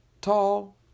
tall